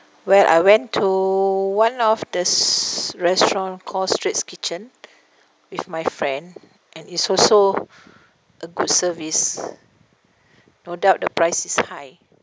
well I went to one of this restaurant call straits kitchen with my friend and it's also a good service no doubt the price is high